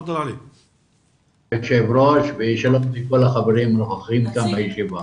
שלום ליושב ראש ושלום לכל החברים הנוכחים בישיבה.